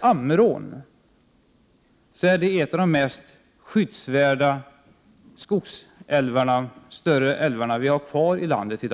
Ammerån är en av de mest skyddsvärda större skogsälvar vi i dag har kvar i landet.